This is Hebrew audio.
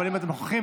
אבל אם אתם נוכחים,